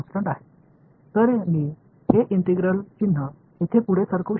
எனவே இந்த ஒருங்கிணைந்த அடையாளத்தை நான் இங்கே நகர்த்த முடியும்